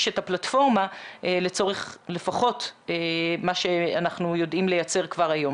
את הפלטפורמה לצורך לפחות מה שאנחנו יודעים לייצר כבר היום.